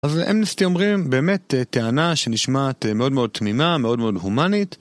אז אמנסטי אומרים באמת טענה שנשמעת מאוד מאוד תמימה, מאוד מאוד הומנית.